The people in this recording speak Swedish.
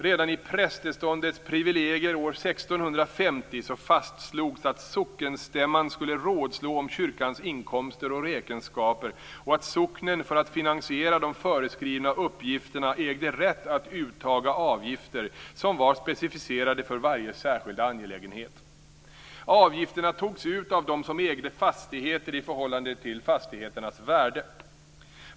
Redan i prästeståndets privilegier år 1650 fastslogs att sockenstämman skulle rådslå om kyrkans inkomster och räkenskaper och att socknen för att finansiera de föreskrivna uppgifterna ägde rätt att uttaga avgifter, som var specificerade för varje särskild angelägenhet. Avgifterna togs ut av dem som ägde fastigheter i förhållande till fastigheternas värde.